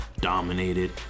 dominated